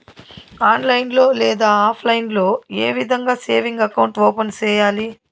online లో లేదా offline లో ఏ విధంగా సేవింగ్ అకౌంట్ ఓపెన్ సేయాలి